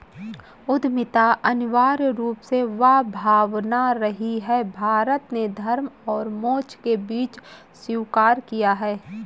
उद्यमिता अनिवार्य रूप से वह भावना रही है, भारत ने धर्म और मोक्ष के बीच स्वीकार किया है